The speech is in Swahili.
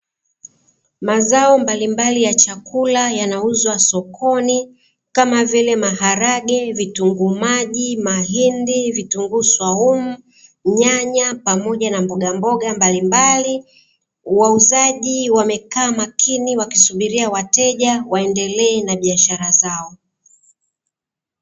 Mazao mbalimbali ya chakula yanauzwa sokoni kama vile maharage, vitunguu maji, mahindi, vitunguu swaumu, nyanya pamoja na mbogamboga mbalimbali. Wauzaji wamekaa makini wakisubiria wateja waendelee na biashara zao.